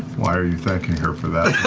why are you thanking her for that?